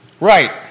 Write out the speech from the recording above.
Right